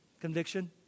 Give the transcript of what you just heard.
Conviction